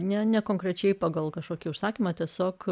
ne ne konkrečiai pagal kažkokį užsakymą tiesiog